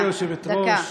גברתי היושבת-ראש,